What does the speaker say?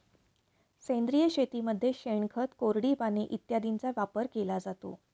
सेंद्रिय शेतीमध्ये शेणखत, कोरडी पाने इत्यादींचा वापर केला जातो